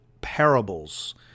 parables